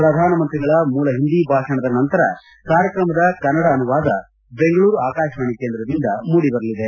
ಪ್ರಧಾನಮಂತ್ರಿಗಳ ಮೂಲ ಹಿಂದಿ ಭಾಷಣದ ನಂತರ ಕಾರ್ಯಕ್ರಮದ ಕನ್ನಡ ಅನುವಾದ ಬೆಂಗಳೂರು ಆಕಾಶವಾಣಿ ಕೇಂದ್ರದಿಂದ ಮೂಡಿಬರಲಿದೆ